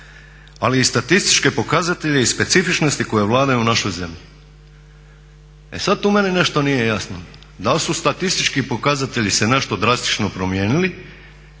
ali i statističke pokazatelje i specifičnosti koje vladaju u našoj zemlji. E sad tu meni nešto nije jasno. Da li su statistički pokazatelji se nešto drastično promijenili